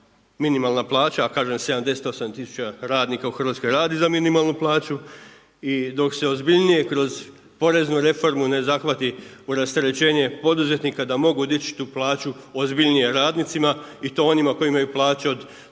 minimalna plaća. A kažem 78 tisuća radnika u Hrvatskoj radi za minimalnu plaću. I dok se ozbiljnije kroz poreznu reformu ne zahvati u rasterećenje poduzetnika da mogu dići tu plaću ozbiljnije radnicima i to onima koji imaju plaće od